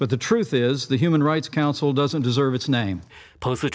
but the truth is the human rights council doesn't deserve its name post